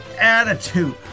attitude